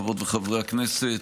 חברות וחברי הכנסת,